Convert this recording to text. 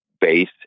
base